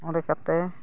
ᱚᱸᱰᱮ ᱠᱟᱛᱮᱫ